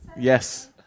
Yes